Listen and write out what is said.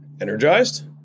energized